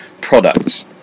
products